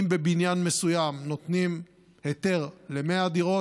אם בבניין מסוים נותנים היתר ל-100 דירות,